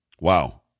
Wow